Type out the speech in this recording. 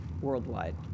worldwide